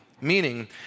Meaning